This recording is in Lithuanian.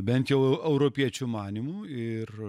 bent jau europiečių manymu ir